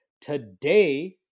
Today